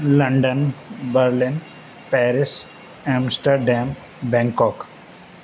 London Berlin Paris Amsterdam Bangkok